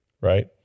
right